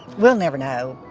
we'll never know,